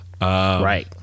right